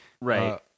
right